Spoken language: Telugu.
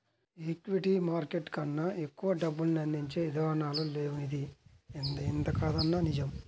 ఈక్విటీ మార్కెట్ కన్నా ఎక్కువ డబ్బుల్ని అందించే ఇదానాలు లేవనిది ఎంతకాదన్నా నిజం